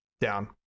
down